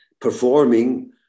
performing